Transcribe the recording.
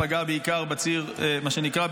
במה שנקרא,